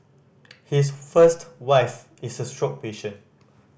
his first wife is a stroke patient